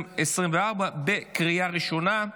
לקריאה ראשונה.